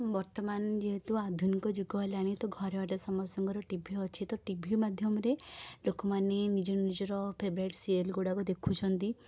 ବର୍ତ୍ତମାନ ଯେହେତୁ ଆଧୁନିକ ଯୁଗ ହେଲାଣି ତ ଘରେ ଗୋଟେ ସମସ୍ତଙ୍କର ଟି ଭି ଅଛି ତ ଟି ଭି ମାଧ୍ୟମରେ ଲୋକମାନେ ନିଜେ ନିଜର ଫେବ୍ରେଟ୍ ସିରିଏଲ୍ ଗୁଡ଼ାକ ଦେଖୁଛନ୍ତି